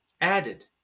Added